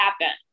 happen